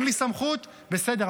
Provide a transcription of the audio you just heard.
אין לי סמכות, בסדר.